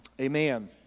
Amen